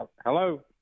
Hello